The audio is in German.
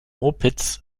opitz